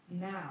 now